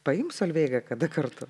paimk solveigą kada kartu